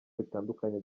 bitandukanye